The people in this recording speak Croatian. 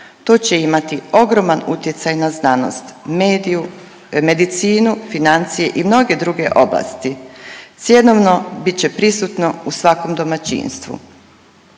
To će imati ogroman utjecaj na znanost, mediju, medicinu, financije i mnoge druge oblasti. Cjenovno bit će prisutno u svakom domaćinstvu.